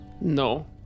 No